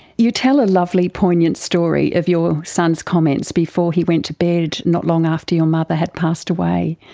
you tell a lovely poignant story of your son's comments before he went to bed not long after your mother had passed away.